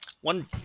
one